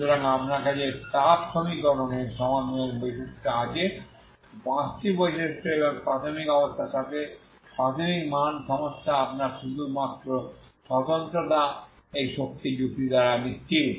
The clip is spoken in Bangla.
সুতরাং আপনার কাছে তাপ সমীকরণের সমাধানের বৈশিষ্ট্য আছে পাঁচটি বৈশিষ্ট্য এবং প্রাথমিক অবস্থার সাথে প্রাথমিক মান সমস্যা আপনার শুধুমাত্র স্বতন্ত্রতা এই শক্তি যুক্তি দ্বারা নিশ্চিত